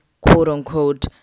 quote-unquote